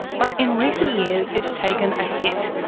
but in recent years it's taken a hit,